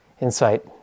insight